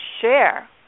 share